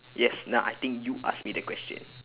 yes now I think you ask me the question